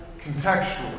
contextually